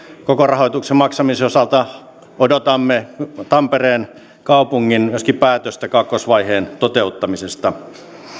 koko rahoituksen maksamisen osalta odotamme myöskin tampereen kaupungin päätöstä kakkosvaiheen toteuttamisesta